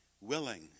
willing